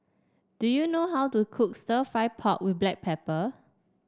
do you know how to cook stir fry pork with Black Pepper